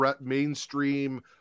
mainstream